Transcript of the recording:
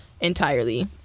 entirely